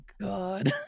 God